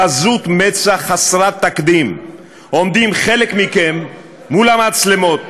בעזות מצח חסרת תקדים עומדים חלק מכם מול המצלמות